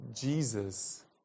Jesus